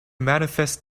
manifest